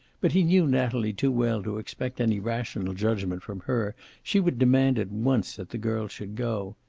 but he knew natalie too well to expect any rational judgment from her. she would demand at once that the girl should go.